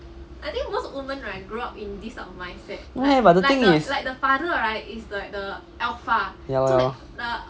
why ah but the thing is ya lor ya lor